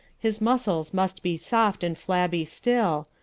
his muscles must be soft and flabby still,